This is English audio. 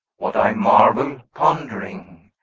what, i marvel, pondering?